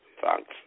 Thanks